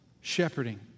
shepherding